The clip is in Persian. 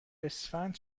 اسفند